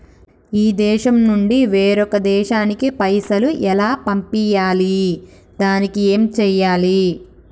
ఈ దేశం నుంచి వేరొక దేశానికి పైసలు ఎలా పంపియ్యాలి? దానికి ఏం చేయాలి?